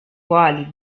quali